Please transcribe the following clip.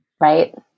Right